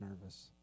nervous